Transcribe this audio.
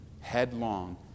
headlong